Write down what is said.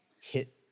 hit